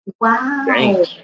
Wow